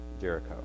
Jericho